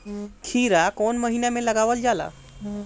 खीरा कौन महीना में लगावल जाला?